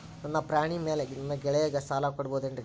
ನನ್ನ ಪಾಣಿಮ್ಯಾಲೆ ನನ್ನ ಗೆಳೆಯಗ ಸಾಲ ಕೊಡಬಹುದೇನ್ರೇ?